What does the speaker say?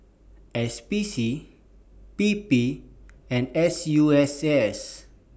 S P C P P and S U S S